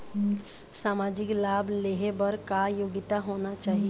सामाजिक लाभ लेहे बर का योग्यता होना चाही?